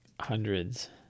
hundreds